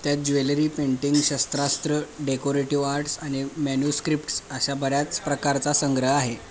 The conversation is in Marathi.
त्यात ज्वेलरी पेंटिंग शस्त्रास्रं डेकोरेटिव आर्टस् आणि मॅन्यूस्क्रिप्ट्स अशा बऱ्याच प्रकारचा संग्रह आहे